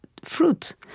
fruit